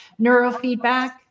neurofeedback